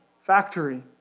factory